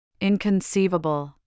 Inconceivable